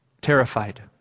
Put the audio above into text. terrified